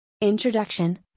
Introduction